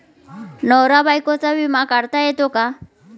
नवरा बायकोचा विमा काढता येतो का?